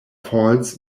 falls